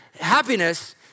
happiness